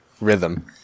rhythm